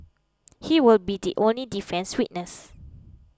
he will be the only defence witness